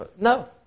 No